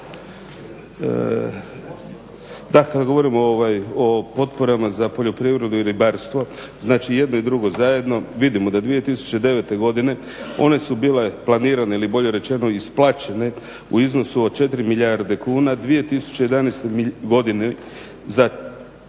Da kada govorimo o potporama za poljoprivredu i ribarstvo jedno i drugo zajedno, vidimo da 2009.godine one su bile planirane ili bolje rečeno isplaćene u iznosu od 4 milijarde kuna. 2011.godine za 4,2